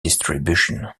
distribution